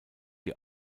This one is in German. die